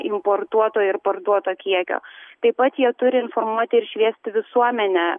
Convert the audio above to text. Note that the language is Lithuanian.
importuotojo ir parduoto kiekio taip pat jie turi informuoti ir šviesti visuomenę